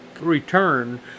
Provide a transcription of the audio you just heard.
return